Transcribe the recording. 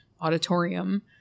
auditorium